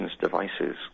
devices